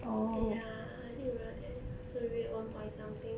ya I think around there so we paid one point something